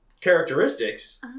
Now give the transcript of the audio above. characteristics